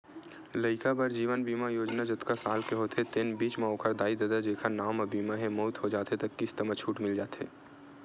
लइका बर जीवन बीमा योजना जतका साल के होथे तेन बीच म ओखर दाई ददा जेखर नांव म बीमा हे, मउत हो जाथे त किस्त म छूट मिल जाथे